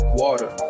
water